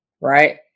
Right